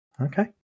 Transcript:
okay